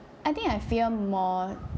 I think I fear more